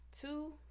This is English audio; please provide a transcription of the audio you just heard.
two